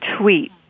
tweet